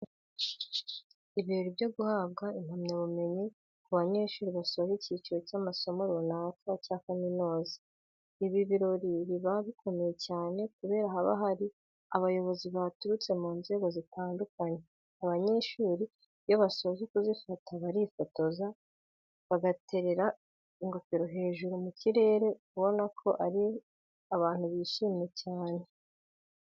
Ibirori byo guhabwa impamyabumenyi ku banyeshuri basoje icyiciro cya'amasomo runaka cya kaminuza, ni ibirori biba bikomeye cyane kubera haba hari abayobozi baturutse mu nzego zitandukanye. Abanyeshuri iyo basoje kuzifata barifotoza, bagaterera ingofero zabo mu kirere ubona ko ari abantu bishimye cyane.